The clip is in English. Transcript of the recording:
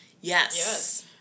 Yes